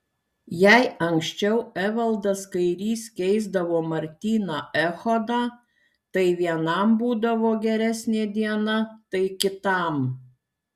jei anksčiau evaldas kairys keisdavo martyną echodą tai vienam būdavo geresnė diena tai kitam